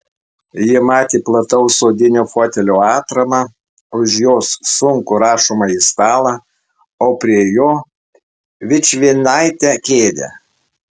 ji matė plataus odinio fotelio atramą už jos sunkų rašomąjį stalą o prie jo vičvienaitę kėdę